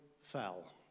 fell